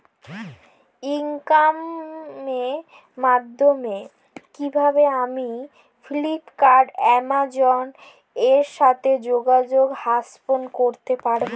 ই কমার্সের মাধ্যমে কিভাবে আমি ফ্লিপকার্ট অ্যামাজন এর সাথে যোগাযোগ স্থাপন করতে পারব?